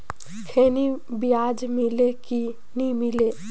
खैनी बिजा मिले कि नी मिले?